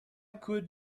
could